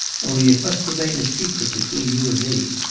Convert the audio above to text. only it must remain a secret between you and me.